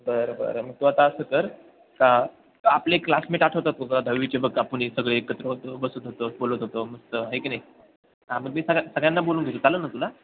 बरं बरं मग तू आता असं कर का आपले क्लासमेट आठवतात तुला दहावीचे बघ आपण सगळे एकत्र होतो बसत होतो बोलत होतो मस्त आहे की नाही हां मग मी सग्या सगळ्यांना बोलवून घेत चालेल ना तुला